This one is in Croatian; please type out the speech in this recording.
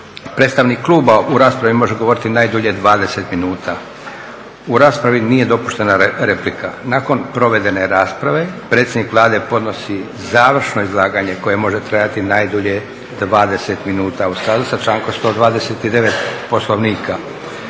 Predstavnik kluba u raspravi može govoriti najdulje 20 minuta. U raspravi nije dopuštena replika. Nakon provedene rasprave predsjednik Vlade podnosi završno izlaganje koje može trajati najdulje 20 minuta u skladu sa člankom 129. Poslovnika.